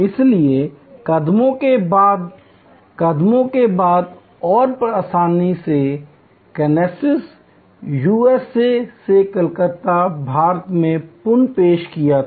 इसलिए कदमों के बाद कदमों के बाद और आसानी से कैनसस यूएसए से कलकत्ता भारत में पुन पेश किया गया